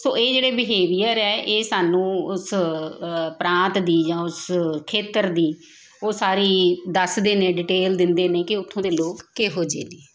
ਸੋ ਇਹ ਜਿਹੜੇ ਬਿਹੇਵੀਅਰ ਹੈ ਇਹ ਸਾਨੂੰ ਉਸ ਪ੍ਰਾਂਤ ਦੀ ਜਾਂ ਉਸ ਖੇਤਰ ਦੀ ਉਹ ਸਾਰੀ ਦੱਸਦੇ ਨੇ ਡਿਟੇਲ ਦਿੰਦੇ ਨੇ ਕਿ ਉੱਥੋਂ ਦੇ ਲੋਕ ਕਿਹੋ ਜਿਹੇ ਨੇ